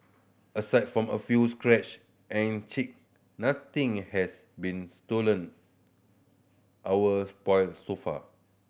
aside from a few scratch and chip nothing has been stolen or spoilt so far